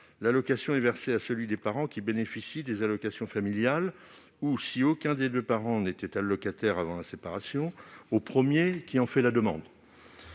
l'allocation est versée à celui des parents qui bénéficie des allocations familiales ou, si aucun des deux parents n'était allocataire avant la séparation, au premier qui en fait la demande.